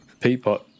Peapot